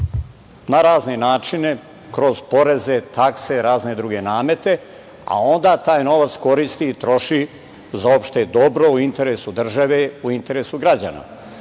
na razne načine, kroz poreze, takse i razne druge namete, a onda taj novac koristi i troši za opšte dobro, u interesu države, u interesu građana.